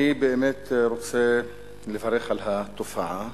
אני באמת רוצה לברך על התופעה,